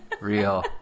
real